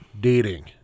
dating